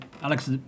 Alex